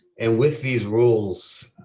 and with these rules,